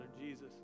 Jesus